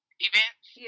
events